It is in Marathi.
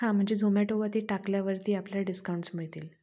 हां म्हणजे झोमॅटो वरती टाकल्यावरती आपल्याला डिस्काउंट्स मिळतील